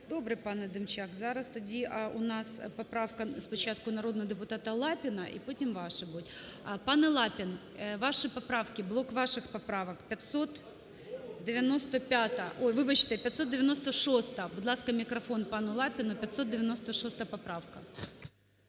Добре, пане Демчак, зараз тоді у нас поправка спочатку народного депутата Лапіна і потім ваші будуть. Пане Лапін, ваші поправки, блок ваших поправок 595… Ой, вибачте, 596-а. Будь ласка, мікрофон пану Лапіну, 596 поправка.